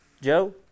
Joe